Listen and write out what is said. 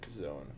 zone